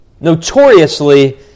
Notoriously